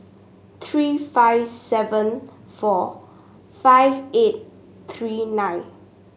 three five seven four five eight three nine